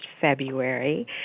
February